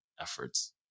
efforts